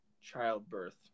childbirth